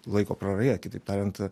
laiko praraja kitaip tariant